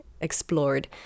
explored